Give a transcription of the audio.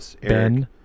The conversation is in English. Ben